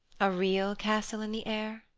a real castle in the air?